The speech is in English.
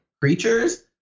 creatures